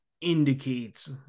indicates